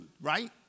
right